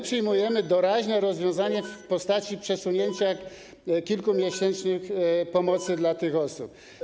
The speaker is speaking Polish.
Przyjmujemy doraźne rozwiązanie w postaci przesunięcia kilkumiesięcznej pomocy dla tych osób.